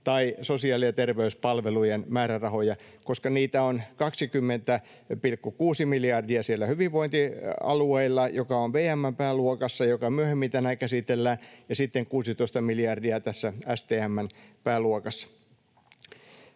tai sosiaali- ja terveyspalvelujen määrärahoja, koska niitä on 20,6 miljardia siellä hyvinvointialueilla, joka on VM:n pääluokassa, joka myöhemmin tänään käsitellään, ja sitten 16 miljardia tässä STM:n pääluokassa.